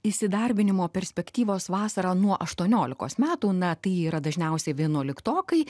įsidarbinimo perspektyvos vasarą nuo aštuoniolikos metų na tai yra dažniausiai vienuoliktokai